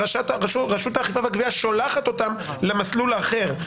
אז רשות האכיפה והגבייה שולחת אותם למסלול האחר,